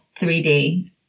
3D